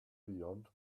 beyond